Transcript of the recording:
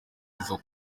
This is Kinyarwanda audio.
izo